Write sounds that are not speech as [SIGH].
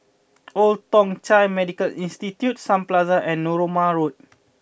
[NOISE] Old Thong Chai Medical Institution Sun Plaza and Narooma Road